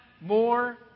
more